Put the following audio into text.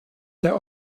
der